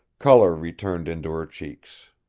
color returned into her cheeks.